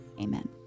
amen